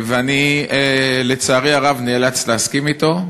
ואני, לצערי הרב, נאלץ להסכים אתו,